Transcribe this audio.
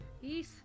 Yes